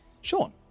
Sean